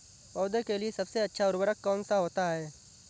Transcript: पौधे के लिए सबसे अच्छा उर्वरक कौन सा होता है?